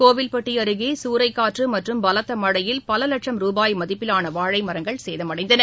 கோவில்பட்டி அருகே சூறைக்காற்று மற்றும் பலத்த மழையில் பல வட்சம் ரூபாய் மதிப்பிலான வாழை மரங்கள் சேதமடைந்தன